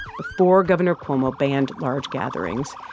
before governor cuomo banned large gatherings.